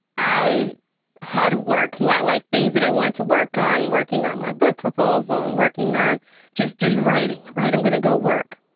i had work lot like things that i want to work on, working on my book proposal and working on just does writing, right. i'm going to go work.